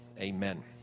Amen